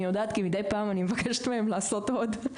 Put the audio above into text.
אני יודעת כי מידי פעם אני מבקשת מהם לעשות עוד,